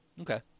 Okay